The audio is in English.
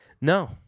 No